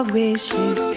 wishes